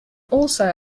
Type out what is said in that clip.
also